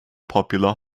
popular